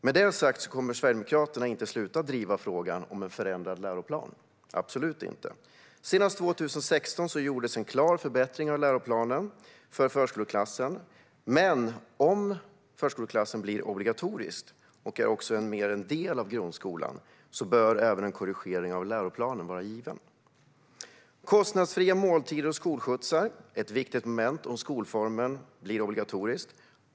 Med det sagt kommer Sverigedemokraterna absolut inte att sluta driva frågan om en förändrad läroplan. Senast 2016 gjordes en klar förbättring av läroplanen för förskoleklassen. Men om förskoleklassen blir obligatorisk och mer en del av grundskolan bör även en korrigering av läroplanen vara given. Kostnadsfria måltider och skolskjutsar är ett viktigt moment om skolformen blir obligatorisk.